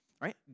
right